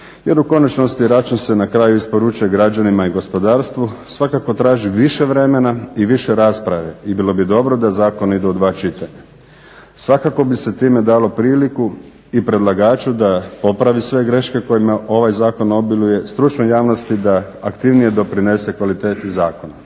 jer u konačnici račun se na kraju isporučuje građanima i gospodarstvu, svakako traži više vremena i više rasprave i bilo bi dobro da zakon ide u dva čitanja. Svakako bi se time dalo priliku i predlagaču da popravi sve greške kojima ovaj zakon obiluje, stručnoj javnosti da aktivnije doprinese kvaliteti zakona.